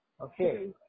Okay